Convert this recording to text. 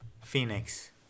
phoenix